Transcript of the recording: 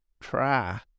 try